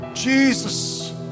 Jesus